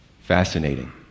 Fascinating